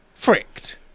fricked